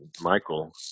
Michael